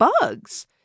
bugs